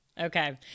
okay